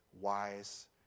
wise